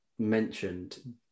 mentioned